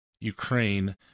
Ukraine